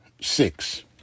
six